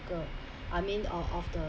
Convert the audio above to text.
I mean of of the